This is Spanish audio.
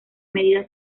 medida